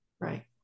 right